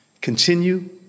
continue